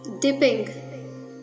dipping